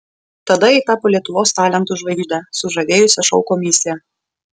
tada ji tapo lietuvos talentų žvaigžde sužavėjusia šou komisiją